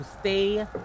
stay